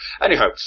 anyhow